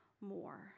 more